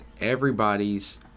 Everybody's